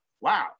wow